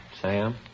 Sam